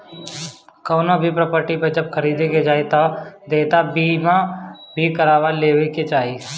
कवनो भी प्रापर्टी जब खरीदे जाए तअ देयता बीमा भी करवा लेवे के चाही